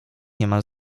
niemal